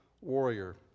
warrior